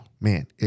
man